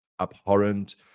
abhorrent